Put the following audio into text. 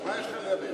חבר הכנסת נסים זאב.